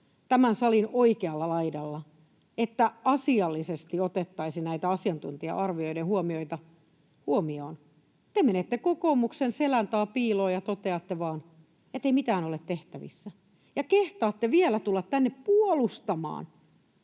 tämän salin oikealla laidalla, että asiallisesti otettaisiin näitä asiantuntija-arvioiden huomioita huomioon. Te menette kokoomuksen selän taa piiloon ja toteatte vain, ettei mitään ole tehtävissä, ja kehtaatte vielä tulla tänne puolustamaan